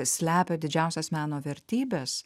slepia didžiausias meno vertybes